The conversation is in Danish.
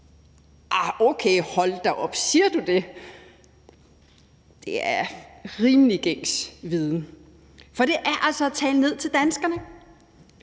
okay, hold da op, siger du det? Det er rimelig gængs viden, og det er altså at tale ned til danskerne.